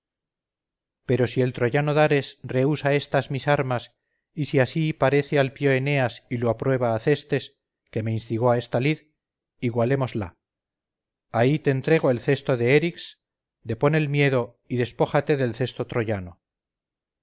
pero si el troyano dares rehusa esta mis armas y si así parece al pío eneas y lo aprueba acestes que me instigó a esta lid igualémosla ahí te entrego el cesto de erix depón el miedo y despójate del cesto troyano